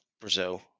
Brazil